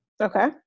Okay